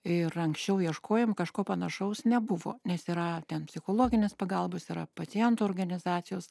ir anksčiau ieškojom kažko panašaus nebuvo nes yra ten psichologinės pagalbos yra pacientų organizacijos